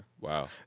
Wow